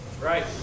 Right